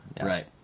Right